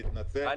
אני מתנצל.